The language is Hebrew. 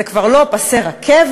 זה כבר לא פסי רכבת,